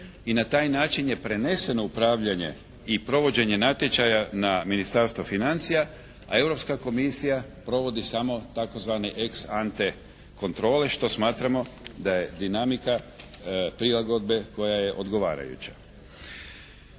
i na taj način je preneseno upravljanje i provođenje natječaja na Ministarstvo financija a Europska komisija provodi samo tzv. ex ante kontrole što smatramo da je dinamika prilagodbe koja je odgovarajuća.